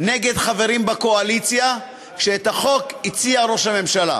נגד חברים בקואליציה, כשאת החוק הציע ראש הממשלה.